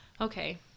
Okay